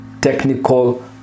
technical